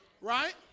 Right